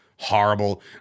Horrible